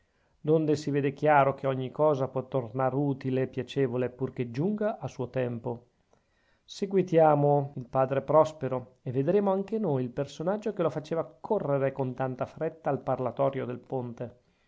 donde si vede chiaro che ogni cosa può tornar utile e piacevole purchè giunga a suo tempo seguitiamo il padre prospero e vedremo anche noi il personaggio che lo faceva correre con tanta fretta al parlatorio del ponte